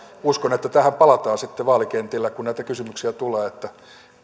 uskon että tähän palataan sitten vaalikentillä kun tulee näitä kysymyksiä että